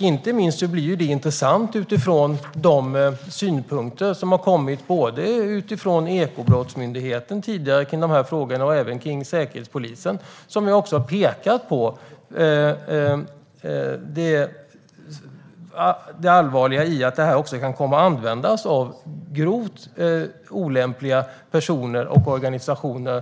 inte minst intressant utifrån de synpunkter som tidigare har kommit om dessa frågor från Ekobrottsmyndigheten och Säkerhetspolisen. De har pekat på det allvarliga i att det kan komma att användas av grovt olämpliga personer och organisationer.